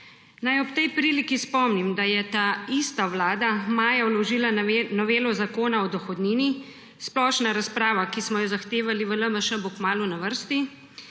Naj ob tej priliki spomnim, da je taista vlada maja vložila novelo Zakona o dohodnini – splošna razprava, ki smo jo zahtevali v LMŠ, bo kmalu na vrsti